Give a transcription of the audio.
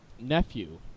nephew